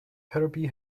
herbie